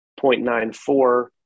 0.94